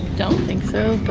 don't think so, but,